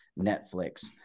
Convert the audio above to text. Netflix